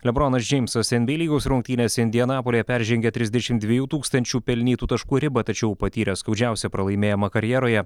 lebronas džeimsas nba lygos rungtynės indianapolyje peržengė trisdešim dviejų tūkstantis pelnytų taškų ribą tačiau patyrė skaudžiausią pralaimėjimą karjeroje